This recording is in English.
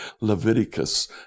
Leviticus